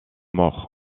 mort